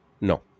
no